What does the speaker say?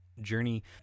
journey